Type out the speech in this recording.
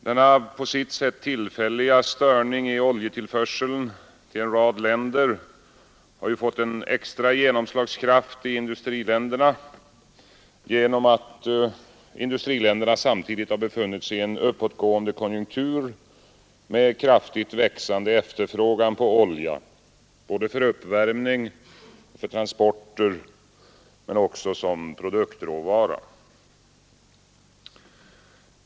Denna på sitt sätt tillfälliga störning i oljetillförseln till en rad länder har fått extra genomslagskraft i industriländerna genom att dessa samtidigt befunnit sig i en uppåtgående konjunktur med kraftigt växande efterfrågan på olja både för uppvärmning och transporter samt som produktråvara.